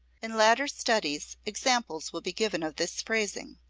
in later studies examples will be given of this phrasing,